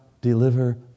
deliver